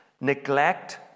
Neglect